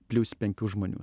plius penkių žmonių